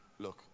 Look